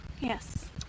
Yes